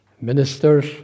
ministers